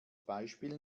beispiel